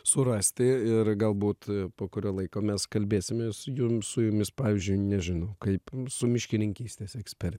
surasti ir galbūt po kurio laiko mes kalbėsimės jums su jumis pavyzdžiui nežinau kaip su miškininkystės eksper